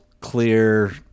clear